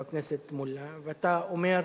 חבר הכנסת מולה, ואתה אומר: